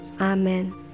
Amen